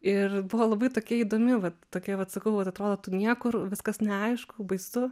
ir buvo labai tokia įdomi vat tokia vat sakau vat atrodo tu niekur viskas neaišku baisu